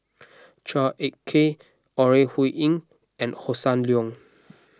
Chua Ek Kay Ore Huiying and Hossan Leong